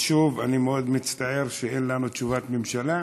ושוב, אני מאוד מצטער שאין לנו תשובת ממשלה,